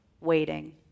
waiting